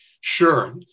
Sure